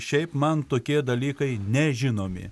šiaip man tokie dalykai nežinomi